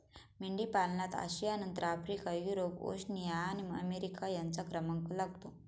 मेंढीपालनात आशियानंतर Africa, Europe, Oceania आणि अमेरिका यांचा क्रमांक लागतो